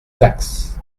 taxes